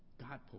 God